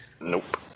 Nope